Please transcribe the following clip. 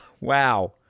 Wow